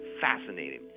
fascinating